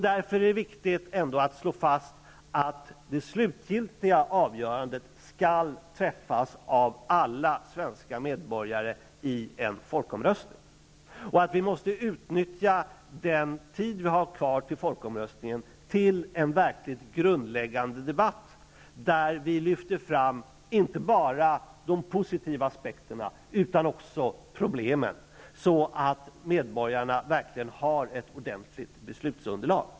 Därför är det viktig att slå fast att det slutgiltiga avgörande skall träffas av alla svenska medborgare i en folkomröstning. Vi måste utnyttja den tid som vi har kvar till folkomröstningen till en verkligt grundläggande debatt, där vi lyfter fram inte bara de positiva aspekterna utan också problemen, så att medborgarna verkligen har ett ordentligt beslutsunderlag.